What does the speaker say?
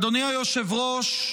אדוני היושב-ראש,